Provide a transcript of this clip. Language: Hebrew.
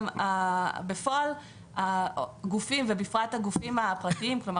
בפועל הגופים ובפרט הגופים הפרטיים כלומר